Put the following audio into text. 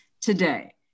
today